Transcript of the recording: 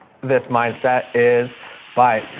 this mindset is by